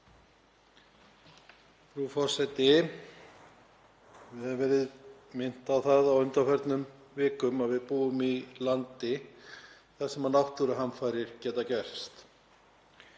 Frú forseti. Við höfum verið minnt á það á undanförnum vikum að við búum í landi þar sem náttúruhamfarir geta gerst.